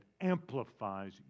amplifies